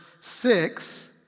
six